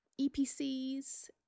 EPCs